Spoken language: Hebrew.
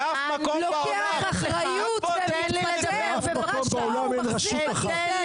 באף מקום בעולם אין רשות אחת.